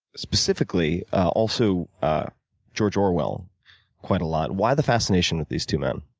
specifically also george orwell quite a lot. why the fascination with these two men?